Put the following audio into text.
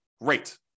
great